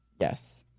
Yes